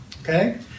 Okay